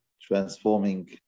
transforming